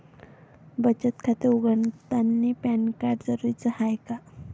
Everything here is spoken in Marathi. बचत खाते उघडतानी पॅन कार्ड जरुरीच हाय का?